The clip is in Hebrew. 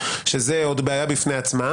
שזו עוד בעיה בפני עצמה.